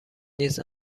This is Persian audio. نیز